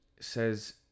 says